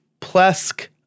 Plesk